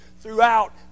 throughout